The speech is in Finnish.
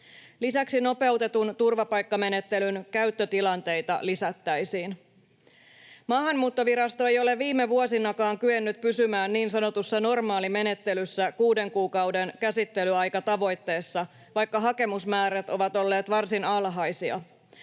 Lisäksi nopeutetun turvapaikkamenettelyn käyttötilanteita lisättäisiin. Maahanmuuttovirasto ei ole viime vuosinakaan kyennyt pysymään niin sanotussa normaalimenettelyssä kuuden kuukauden käsittelyaikatavoitteessa, vaikka hakemusmäärät ovat olleet varsin alhaisia.